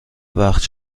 وقت